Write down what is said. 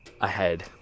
ahead